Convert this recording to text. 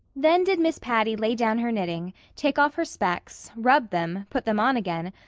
then did miss patty lay down her knitting, take off her specs, rub them, put them on again,